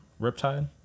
Riptide